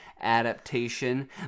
adaptation